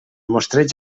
mostreig